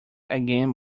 again